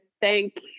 thank